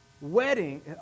wedding